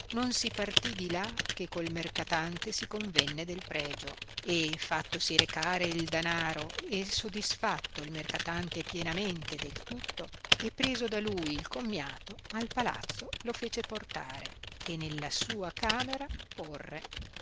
non si partì di là che col mercatante si convenne del pregio e fattosi recare il danaro e sodisfatto il mercatante pienamente del tutto e preso da lui il commiato al palazzo lo fece portare e nella sua camera porre